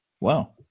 Wow